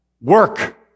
Work